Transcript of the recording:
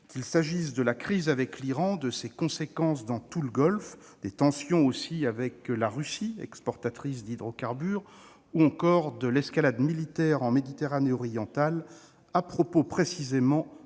qu'il s'agisse de la crise avec l'Iran et de ses conséquences dans tout le Golfe, des tensions avec la Russie, exportatrice d'hydrocarbures, ou encore de l'escalade militaire en Méditerranée orientale, justement à propos de